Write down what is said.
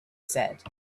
said